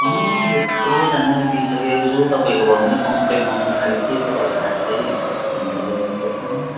यत्रोजनालाई दिइसकेको छु तपाईँकोबाट मात्र कम्पलेन आउन थाल्यो के चाहिँ भयो खास चाहिँ मैले त बुझ्नु सकिनँ